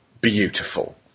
beautiful